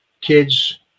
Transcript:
kids